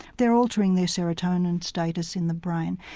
they're altering their serotonin status in the brain.